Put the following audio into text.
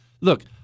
look